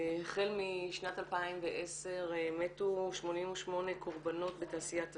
החל משנת 2010 מתו 88 קורבנות בתעשיית הזנות,